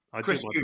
Chris